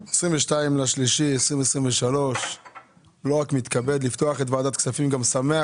ה-22 במרץ 2023. אני מתכבד לפתוח את ישיבת הוועדה וגם שמח